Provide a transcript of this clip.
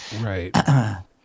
Right